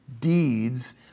deeds